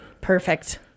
Perfect